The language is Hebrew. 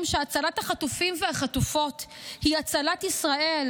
שהצלת החטופים והחטופות היא הצלת ישראל,